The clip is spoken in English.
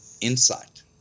insight